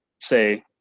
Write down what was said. say